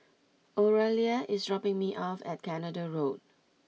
Oralia is dropping me off at Canada Road